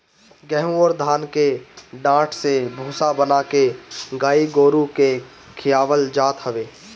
गेंहू अउरी धान के डाठ से भूसा बना के गाई गोरु के खियावल जात हवे